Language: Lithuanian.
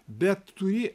bet turi